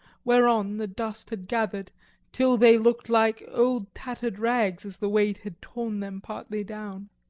whereon the dust had gathered till they looked like old tattered rags as the weight had torn them partly down.